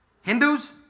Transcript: Hindus